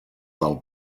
del